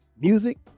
Music